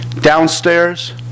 Downstairs